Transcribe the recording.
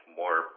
more